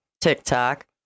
TikTok